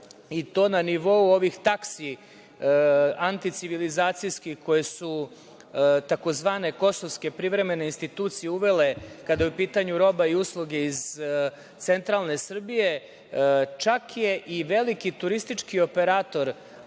i to na nivou ovih taksi anticivilizacijskih koje su tzv. kosovske privremene institucije uvele, kada je u pitanju roba i usluge iz centralne Srbije, čak je i veliki turistički operator,